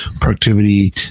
productivity